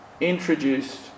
introduced